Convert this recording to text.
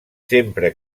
sempre